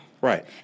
Right